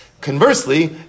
Conversely